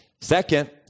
Second